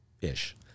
ish